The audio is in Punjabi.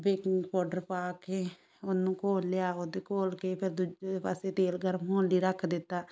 ਬੇਕਿੰਗ ਪਾਊਡਰ ਪਾ ਕੇ ਉਹਨੂੰ ਘੋਲ ਲਿਆ ਉਹਦੇ ਘੋਲ ਕੇ ਫਿਰ ਦੂਜੇ ਪਾਸੇ ਤੇਲ ਗਰਮ ਹੋਣ ਲਈ ਰੱਖ ਦਿੱਤਾ